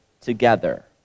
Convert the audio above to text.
together